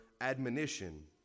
admonition